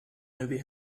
movie